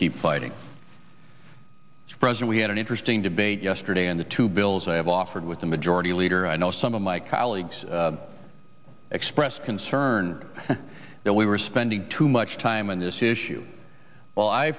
keep fighting friends and we had an interesting debate yesterday on the two bills i have offered with the majority leader i know some of my colleagues expressed concern that we were spending too much time on this issue